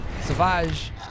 Savage